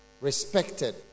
respected